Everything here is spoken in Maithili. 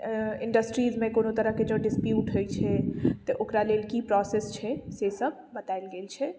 इण्डस्ट्रिजमे जे कोनो तरहके डिस्प्यूट होइत छै तऽ ओकरा लेल की प्रोसेस छै सेसभ बतायल गेल छै